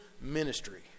ministry